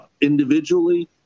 individually